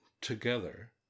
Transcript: together